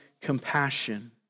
Compassion